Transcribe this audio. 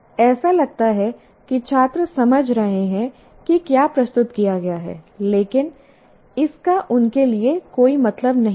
ऐसा लगता है कि छात्र समझ रहे हैं कि क्या प्रस्तुत किया गया है लेकिन इसका उनके लिए कोई मतलब नहीं है